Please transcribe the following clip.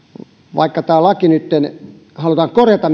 vaikka tästä laista nytten halutaan korjata